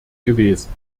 gewesen